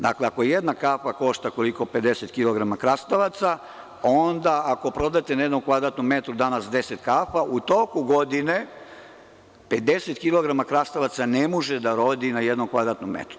Dakle, ako jedna kafa košta koliko 50 kilograma krastavaca, onda ako prodate na jednom kvadratnom metru danas 10 kafa, utoku godine 50 kilograma krastavaca ne može da rodi na jednom kvadratnom metru.